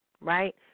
Right